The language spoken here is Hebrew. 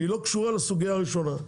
שהיא לא קשורה לסוגיה הראשונה.